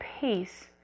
peace